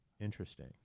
Interesting